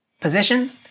position